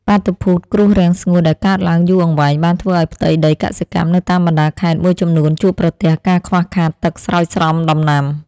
បាតុភូតគ្រោះរាំងស្ងួតដែលកើតឡើងយូរអង្វែងបានធ្វើឱ្យផ្ទៃដីកសិកម្មនៅតាមបណ្តាខេត្តមួយចំនួនជួបប្រទះការខ្វះខាតទឹកស្រោចស្រពដំណាំ។